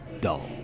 dull